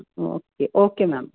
okay okay madam